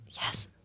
yes